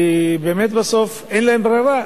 באמת בסוף אין להם ברירה.